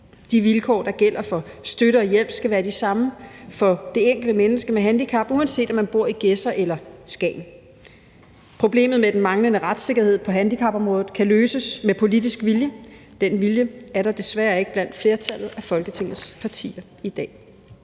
De vilkår, som gælder for støtte og hjælp, skal være de samme for det enkelte menneske med handicap, uanset om man bor i Gedser eller Skagen. Problemet med den manglende retssikkerhed på handicapområdet kan løses med politisk vilje. Den vilje er der desværre ikke blandt flertallet af Folketingets partier i dag.